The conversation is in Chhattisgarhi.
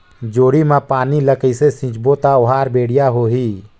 जोणी मा पानी ला कइसे सिंचबो ता ओहार बेडिया होही?